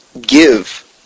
give